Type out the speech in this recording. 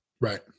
Right